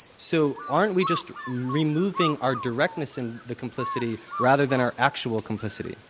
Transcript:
so aren't we just removing our directness in the complicity rather than our actual complicity?